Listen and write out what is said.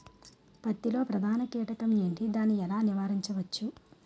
పత్తి లో ప్రధాన కీటకం ఎంటి? దాని ఎలా నీవారించచ్చు?